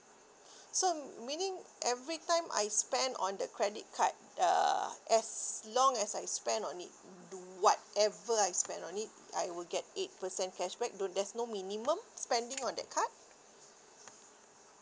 so meaning every time I spend on the credit card err as long as I spend on it do what ever I spend on it I will get eight percent cashback do there's no minimum spending on that card